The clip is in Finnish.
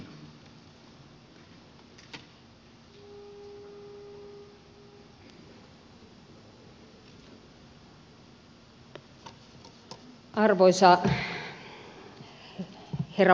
arvoisa herra puhemies